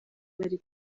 bari